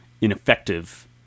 ineffective